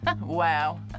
Wow